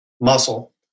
muscle